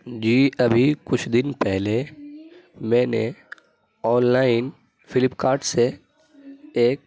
جی ابھی کچھ دن پہلے میں نے آل لائن فلپ کارٹ سے ایک